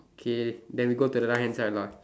K then we go the right hand side lah